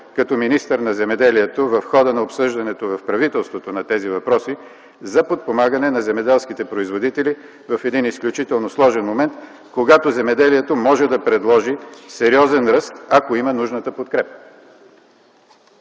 като министър на земеделието в хода на обсъждането в правителството на тези въпроси за подпомагане на земеделските производители в един изключително сложен момент, когато земеделието може да предложи сериозен ръст, ако има нужната подкрепа?